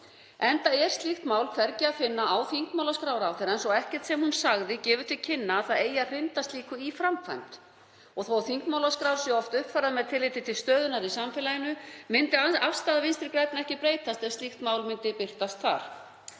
enda er slíkt mál hvergi að finna á þingmálaskrá ráðherrans og ekkert sem hún sagði gefur til kynna að það eigi að hrinda slíku í framkvæmd. Þótt þingmálaskrár séu oft uppfærðar með tilliti til stöðunnar í samfélaginu myndi afstaða Vinstri grænna ekki breytast ef slíkt mál birtist þar.